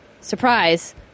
Surprise